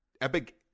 Epic